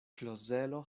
klozelo